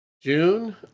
June